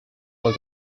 was